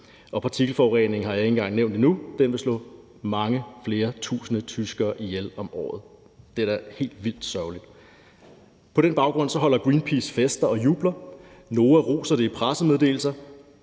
Partikelforureningen har jeg ikke engang nævnt endnu; den vil slå mange flere tusinde tyskere ihjel om året. Det er da helt vildt sørgeligt. På den baggrund holder Greenpeace fester og jubler; NOAH roser det i pressemeddelelser;